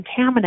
contaminant